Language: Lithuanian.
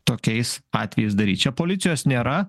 tokiais atvejais daryt čia policijos nėra